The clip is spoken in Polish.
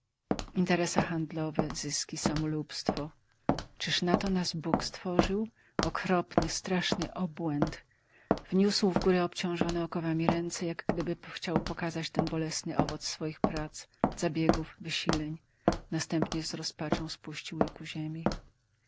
interesa handlowe zyski samolubstwo czyż nato nas bóg stworzył okropny straszny obłęd wniósł w górę obciążone okowami ręce jak gdyby chciał okazać ten bolesny owoc swych prac zabiegów wysileń następnie z rozpaczą spuścił je ku ziemi